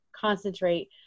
concentrate